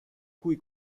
cui